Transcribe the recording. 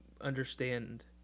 understand